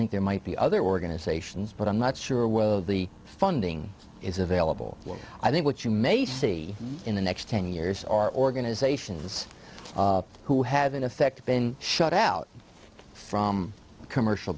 think there might be other organizations but i'm not sure whether the funding is available i think what you may see in the next ten years are organizations who have in effect been shut out from commercial